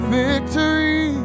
victory